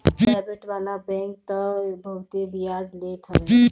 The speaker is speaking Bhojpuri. पराइबेट वाला बैंक तअ बहुते बियाज लेत हवे